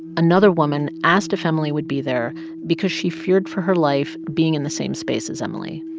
another woman asked if emily would be there because she feared for her life being in the same space as emily.